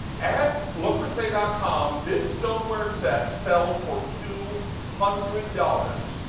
at look crusade outcome, this stoneware set sells for two hundred dollars.